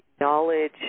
knowledge